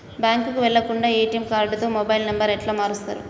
బ్యాంకుకి వెళ్లకుండా ఎ.టి.ఎమ్ కార్డుతో మొబైల్ నంబర్ ఎట్ల మారుస్తరు?